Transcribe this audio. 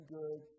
good